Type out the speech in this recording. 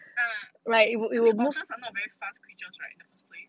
ah I mean otters are not very fast creatures right in the first place